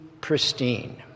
pristine